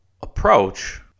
approach